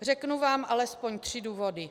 Řeknu vám alespoň tři důvody.